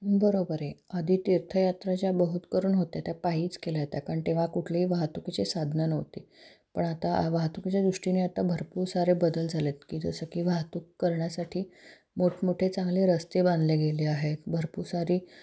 बरोबर आहे आधी तीर्थयात्रा ज्या बहुतकरुन होत्या त्या पायीच केल्या त्या कारण तेव्हा कुठलीही वाहतुकीची साधनं नव्हती पण आता वाहतुकीच्या दृष्टीने आता भरपूर सारे बदल झाले आहेत की जसं की वाहतूक करण्यासाठी मोठमोठे चांगले रस्ते बांधले गेले आहेत भरपूर सारी